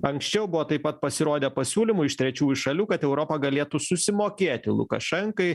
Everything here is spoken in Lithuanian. anksčiau buvo taip pat pasirodę pasiūlymų iš trečiųjų šalių kad europa galėtų susimokėti lukašenkai